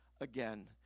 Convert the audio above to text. again